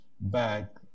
back